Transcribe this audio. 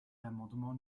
l’amendement